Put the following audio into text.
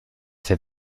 fait